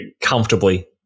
Comfortably